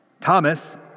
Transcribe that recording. Thomas